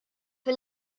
fil